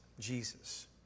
Jesus